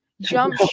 jump